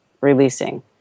releasing